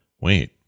wait